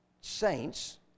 saints